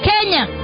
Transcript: Kenya